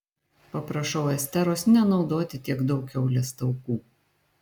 paprašau esteros nenaudoti tiek daug kiaulės taukų